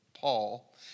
Paul